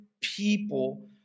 people